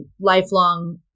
lifelong